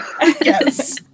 Yes